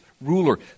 ruler